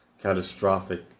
catastrophic